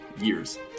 years